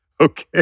Okay